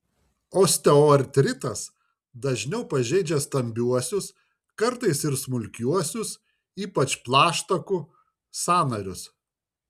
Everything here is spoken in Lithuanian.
osteoartritas dažniau pažeidžia stambiuosius kartais ir smulkiuosius ypač plaštakų sąnarius